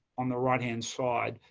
on the right-hand side,